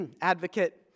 advocate